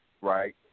right